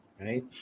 right